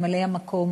ממלא-מקום